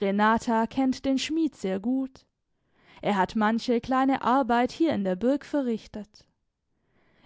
renata kennt den schmied sehr gut er hat manche kleine arbeit hier in der burg verrichtet